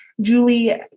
Julie